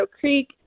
Creek